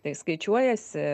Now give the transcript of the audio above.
tai skaičiuojasi